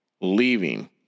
leaving